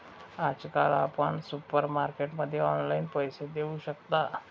आजकाल आपण सुपरमार्केटमध्ये ऑनलाईन पैसे देऊ शकता